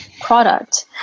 product